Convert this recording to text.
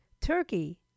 Turkey